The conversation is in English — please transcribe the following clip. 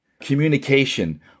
communication